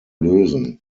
lösen